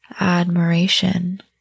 admiration